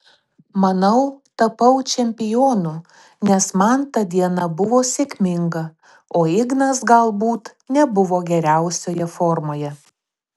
manau tapau čempionu nes man ta diena buvo sėkminga o ignas galbūt nebuvo geriausioje formoje